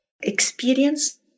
experience